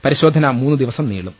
പരിശോധന മൂന്നു ദിവസം നീളും